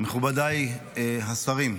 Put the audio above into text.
מכובדיי השרים,